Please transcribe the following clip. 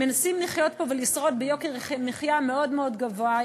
מנסים לחיות פה ולשרוד ביוקר מחיה מאוד מאוד גבוה,